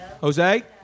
Jose